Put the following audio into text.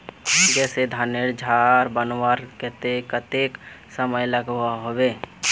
जैसे धानेर झार बनवार केते कतेक समय लागोहो होबे?